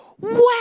wow